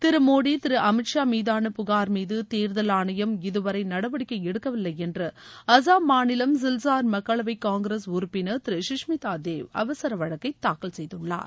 திரு மோடி திரு அமீத் ஷா மீதாள புகார் மீது தேர்தல் ஆணையம்இதுவரை நடவடிக்கை எடுக்கவில்லை என்று அசாம் மாநிலம் சில்சார் மக்களவை காங்கிரஸ் உறுப்பினர் திரு குஷ்மிதா தேவ் அவசர வழக்கை தாக்கல் செய்துள்ளார்